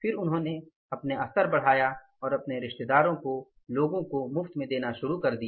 फिर उन्होंने स्तर बढ़ाया और अपने रिश्तेदारों को लोगों को मुफ्त में देना शुरू कर दिया